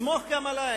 סמוך גם עלי,